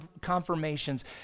confirmations